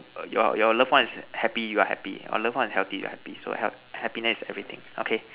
your your love one is happy you are happy your love one is healthy you happy so hap happiness is everything okay